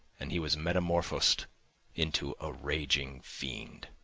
and he was metamorphosed into a raging fiend.